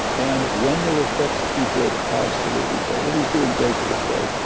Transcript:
and when they were fixed, he did absolutely great. and he's doing great to this day.